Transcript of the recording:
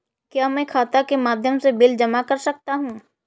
क्या मैं खाता के माध्यम से बिल जमा कर सकता हूँ?